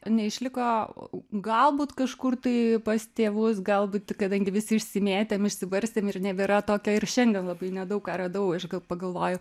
neišliko galbūt kažkur tai pas tėvus gal būt kadangi visi išsimėtėm išsibarstėm ir nebėra tokio ir šiandien labai nedaug ką radau aš gal pagalvoju